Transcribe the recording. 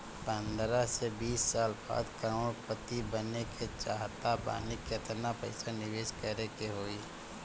पंद्रह से बीस साल बाद करोड़ पति बने के चाहता बानी केतना पइसा निवेस करे के होई?